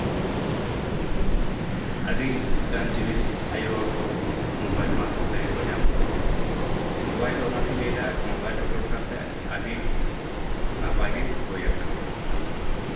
ᱟᱹᱰᱤᱜᱟᱱ ᱡᱤᱱᱤᱥ ᱟᱭᱳ ᱦᱚᱲ ᱠᱚ ᱱᱤᱛᱳᱜ ᱢᱳᱵᱟᱭᱤᱞ ᱢᱟᱫᱽᱫᱷᱚᱢ ᱛᱮᱜᱮ ᱠᱚ ᱧᱟᱢᱫᱟ ᱢᱳᱵᱟᱭᱤᱞ ᱚᱱᱟᱛᱤᱧ ᱞᱟᱹᱭᱫᱟ ᱢᱳᱵᱟᱭᱤᱞ ᱩᱰᱩᱠ ᱠᱟᱱᱛᱮ ᱟᱹᱰᱤ ᱱᱟᱯᱟᱭ ᱜᱮ ᱦᱳᱭᱟᱠᱟᱱᱟ